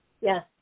yes